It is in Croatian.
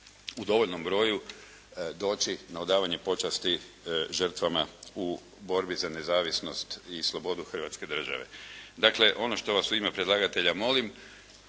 u dovoljnom broju doći na odavanje počasti žrtvama u borbi za nezavisnost i slobodu Hrvatske države. Dakle ono što vas u ime predlagatelja molim,